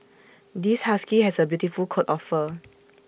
this husky has A beautiful coat of fur